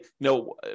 no